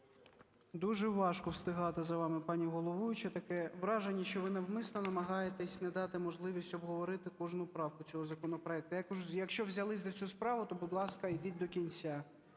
Дуже важко встигати за вами, пані головуюча. Таке враження, що ви навмисно намагаєтесь не дати можливість обговорити кожну правку цього законопроекту. Я кажу, якщо взялись на цю справу, то, будь ласка, ідіть до кінця.